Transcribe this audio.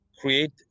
create